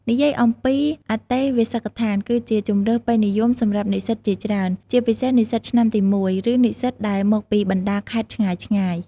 និយាយអំពី អន្តេវាសិកដ្ឋាន គឺជាជម្រើសពេញនិយមសម្រាប់និស្សិតជាច្រើន ជាពិសេសនិស្សិតឆ្នាំទី ១ ឬនិស្សិតដែលមកពីបណ្ដាខេត្តឆ្ងាយៗ។